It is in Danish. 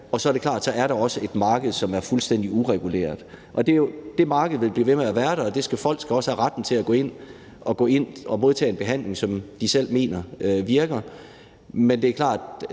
og så er det klart, at så er der også et marked, som er fuldstændig ureguleret. Det marked vil blive ved med at være der, og folk skal også have retten til at gå ind og modtage en behandling, som de selv mener virker, men det er klart,